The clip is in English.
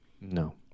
No